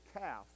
calf